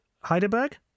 Heidelberg